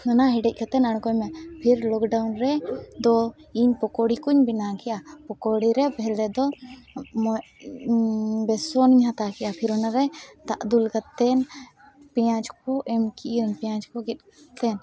ᱚᱱᱟ ᱦᱮᱰᱮᱡ ᱠᱟᱛᱮᱫ ᱟᱬᱜᱚᱭᱢᱮ ᱯᱷᱮᱨ ᱞᱚᱠᱰᱟᱣᱩᱱᱨᱮ ᱫᱚ ᱤᱧ ᱯᱚᱠᱚᱲᱤ ᱠᱚᱧ ᱵᱮᱱᱟᱣ ᱜᱮᱭᱟ ᱯᱚᱠᱚᱲᱤᱨᱮ ᱵᱷᱮᱞᱮ ᱫᱚ ᱢᱚ ᱵᱮᱥᱚᱱᱤᱧ ᱦᱟᱛᱟᱣ ᱠᱮᱫᱼᱟ ᱯᱷᱤᱨ ᱚᱱᱟᱨᱮ ᱫᱟᱜ ᱫᱩᱞ ᱠᱟᱛᱮᱫ ᱯᱮᱸᱭᱟᱡᱽ ᱠᱚ ᱮᱢ ᱠᱮᱫ ᱟᱹᱧ ᱯᱮᱸᱭᱟᱡᱽ ᱠᱚ ᱜᱮᱫ ᱠᱟᱛᱮᱫ